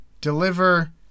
deliver